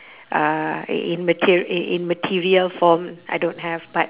uh i~ in mater~ i~ in material form I don't have but